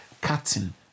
cutting